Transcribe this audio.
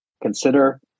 Consider